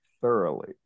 thoroughly